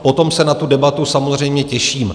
Potom se na tu debatu samozřejmě těším.